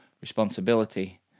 responsibility